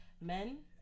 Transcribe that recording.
men